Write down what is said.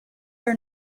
are